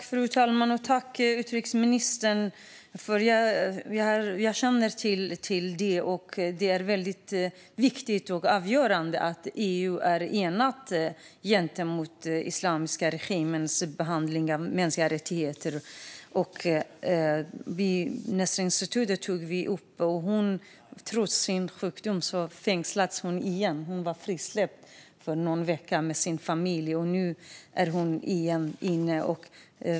Fru talman! Jag känner till detta, och det är väldigt viktigt och avgörande att EU är enat gentemot den islamiska regimens behandling av mänskliga rättigheter. Nasrin Sotoudeh tog vi upp. Trots sin sjukdom fängslas hon igen. Hon var frisläppt under någon vecka och var tillsammans med sin familj, men nu är hon inne igen.